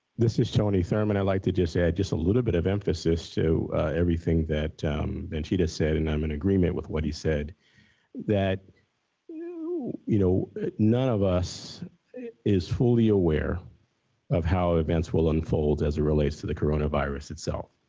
this is tony thurmond. i like to just add just a little bit of emphasis to everything that then she just said and i'm an agreement with what he said that you you know none of us is fully aware of how events will unfold as it relates to the coronavirus itself.